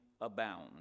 abound